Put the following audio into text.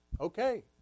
okay